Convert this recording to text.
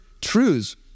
truths